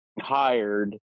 hired